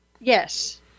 Yes